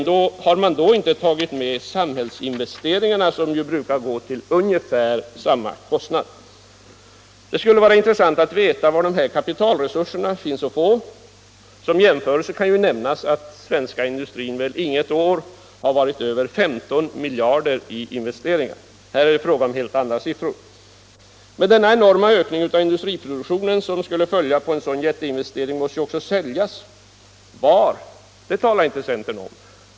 Då har man ändå inte tagit med samhällsinvesteringarna, som brukar uppgå till ungefär samma kostnad. Det skulle vara intressant att veta var dessa kapitalresurser finns att få. Som jämförelse kan nämnas att den svenska industrin inget år har varit över 15 miljarder i investeringar. Här är det fråga om helt andra siffror. Men den enorma ökning av industriproduktionen som skulle följa på en sådan jätteinvestering måste ju också säljas. Var? Det talar inte centern om.